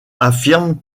affirme